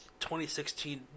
2016